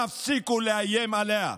תפסיקו לאיים עליה.